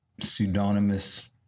pseudonymous